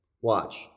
Watch